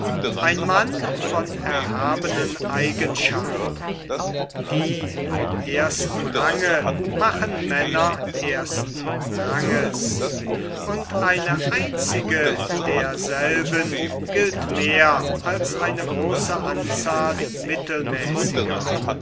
zu scheinen die vom ersten range machen männer ersten ranges und eine einzige derselben gilt mehr als eine große anzahl mittelmäßiger